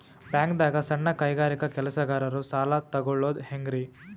ಬ್ಯಾಂಕ್ದಾಗ ಸಣ್ಣ ಕೈಗಾರಿಕಾ ಕೆಲಸಗಾರರು ಸಾಲ ತಗೊಳದ್ ಹೇಂಗ್ರಿ?